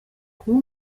kuba